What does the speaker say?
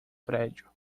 prédio